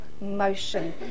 motion